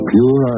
Pure